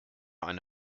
eine